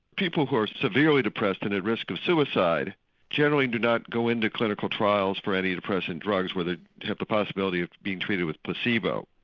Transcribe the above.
people who are severely depressed and at risk of suicide generally do not go into clinical trials for antidepressant drugs where they have the possibility of being treated with placebo.